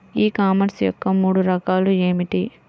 ఈ కామర్స్ యొక్క మూడు రకాలు ఏమిటి?